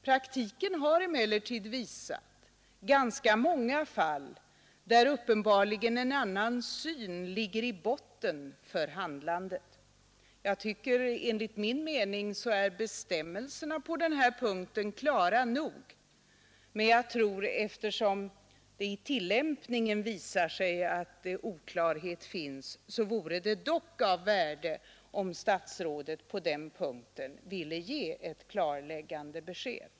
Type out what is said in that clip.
Praktiken har emellertid visat ganska många fall där uppenbarligen en annan syn ligger i botten för handlandet. Enligt min uppfattning är bestämmelserna på den här punkten klara nog, men jag tror — eftersom det i tillämpningen visar sig att oklarheter råder att det vore av värde om statsrådet på den punkten ville ge ett klarläggande besked.